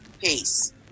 Peace